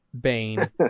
Bane